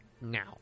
now